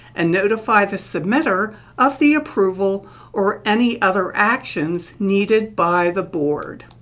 and notify the submitter of the approval or any other actions needed by the board.